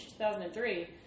2003